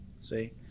see